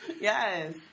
yes